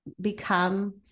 become